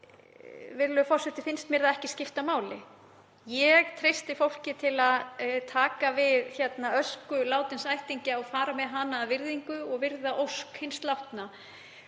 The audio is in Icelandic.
virðulegur forseti, finnst mér það ekki skipta máli. Ég treysti fólki til að taka við ösku látins ættingja og fara með hana af virðingu og virða ósk hins látna.